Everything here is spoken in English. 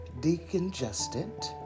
decongestant